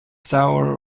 sour